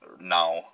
now